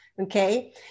okay